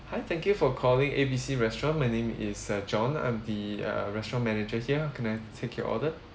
hi thank you for calling A B C restaurant my name is uh john I'm the uh restaurant manager here can I take your order